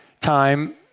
time